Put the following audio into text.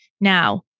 Now